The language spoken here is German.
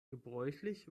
gebräuchlich